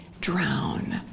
drown